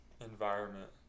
environment